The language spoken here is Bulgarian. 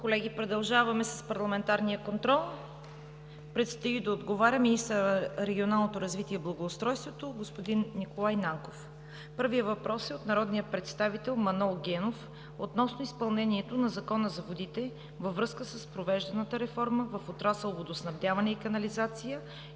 Колеги, продължаваме с Парламентарния контрол. Предстои да отговаря министърът на регионалното развитие и благоустройството господин Николай Нанков. Първият въпрос е от народния представител Манол Генов относно изпълнението на Закона за водите във връзка с провежданата реформа в отрасъл „Водоснабдяване и канализация“